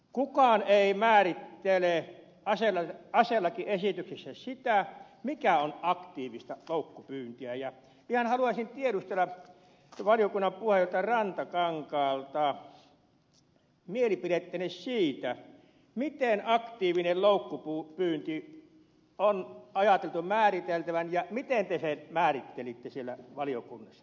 kukaan ei määrittele aselakiesityksessä sitä mikä on aktiivista loukkupyyntiä ja ihan haluaisin tiedustella valiokunnan puheenjohtaja rantakankaalta mielipidettänne siitä miten aktiivinen loukkupyynti on ajateltu määriteltävän ja miten te sen määrittelitte siellä valiokunnassa